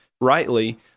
rightly